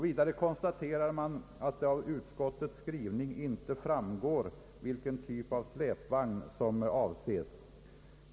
Vidare konstaterar verket att det av utskottets skrivning inte framgår vilken typ av släpvagn som avses.